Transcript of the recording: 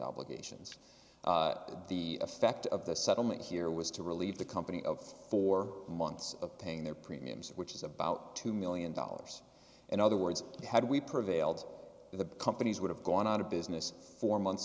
obligations the effect of the settlement here was to relieve the company of four months of paying their premiums which is about two million dollars in other words had we prevailed the companies would have gone out of business four months